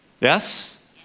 Yes